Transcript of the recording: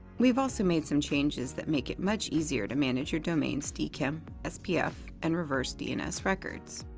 we've also made some changes that make it much easier to manage your domains' dkim, spf, and reverse dns records.